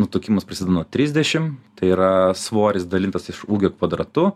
nutukimas prasideda nuo trisdešim tai yra svoris dalintas iš ūgio kvadratu